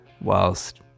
whilst